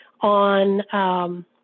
on